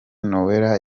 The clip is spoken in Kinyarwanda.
noella